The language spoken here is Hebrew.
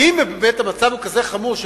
כי אם באמת המצב הוא כזה חמור שהיא